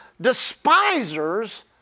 Despisers